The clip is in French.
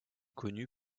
connue